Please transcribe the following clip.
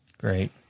Great